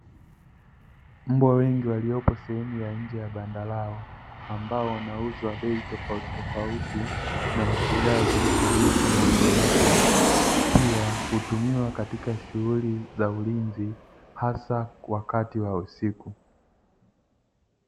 Mbwa wengi waliopo sehemu ya nje ya banda lao, ambao wanauzwa bei tofautitofauti na mfugaji aliyepo mahali hapo. Pia hutumiwa katika shughuli za ulinzi, hasa wakati wa usiku.